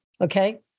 Okay